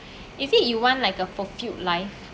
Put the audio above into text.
is it you want like a fulfilled life